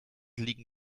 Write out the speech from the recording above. liegen